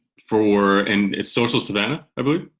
for and it's social savannah i believe?